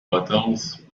bottles